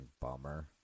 bummer